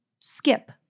skip